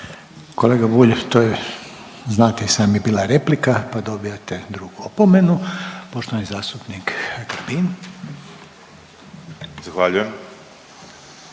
Kolega Bulj to je, znate i sami bila replika pa dobijate drugu opomenu. Poštovani zastupnik Grbin. **Grbin,